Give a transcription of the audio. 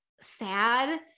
sad